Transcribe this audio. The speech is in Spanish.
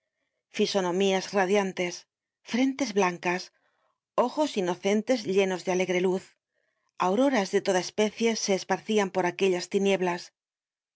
fisonomías radiantes frentes blancas ojos inocentes llenos de alegre luz auroras de toda especie se esparcian por aquellas tinieblas